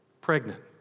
Pregnant